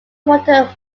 water